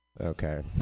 okay